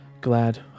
Glad